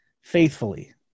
Faithfully